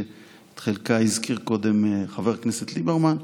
שאת חלקה הזכיר קודם חבר הכנסת ליברמן.